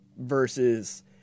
versus